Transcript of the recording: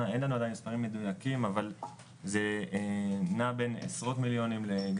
כן, זה קצת פחות ל-6,500